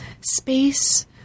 space